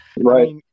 Right